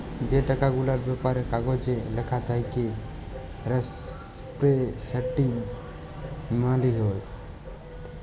যে টাকা গুলার ব্যাপারে কাগজে ল্যাখা থ্যাকে রিপ্রেসেলট্যাটিভ মালি হ্যয়